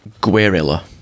Guerrilla